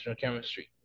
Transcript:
chemistry